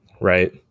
right